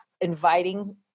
inviting